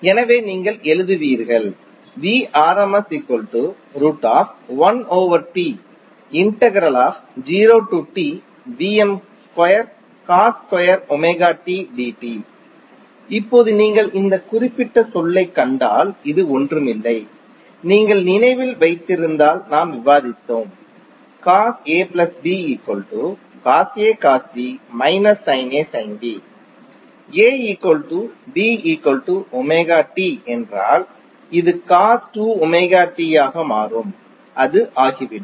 எனவே நீங்கள் எழுதுவீர்கள் இப்போது நீங்கள் இந்த குறிப்பிட்ட சொல்லைக் கண்டால் இது ஒன்றுமில்லை நீங்கள் நினைவில் வைத்திருந்தால் நாம் விவாதித்தோம் என்றால் இது ஆக மாறும் அது ஆகிவிடும்